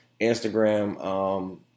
Instagram